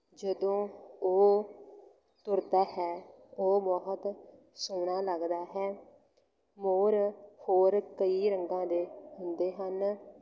ਜਦੋਂ ਉਹ ਤੁਰਦਾ ਹੈ ਉਹ ਬਹੁਤ ਸੋਹਣਾ ਲੱਗਦਾ ਹੈ ਮੋਰ ਹੋਰ ਕਈ ਰੰਗਾਂ ਦੇ ਹੁੰਦੇ ਹਨ